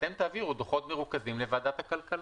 ואתם תעבירו דוחות מסודרים לוועדת הכלכלה.